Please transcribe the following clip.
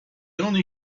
only